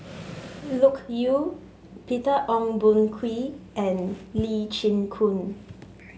Loke Yew Peter Ong Boon Kwee and Lee Chin Koon